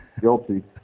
guilty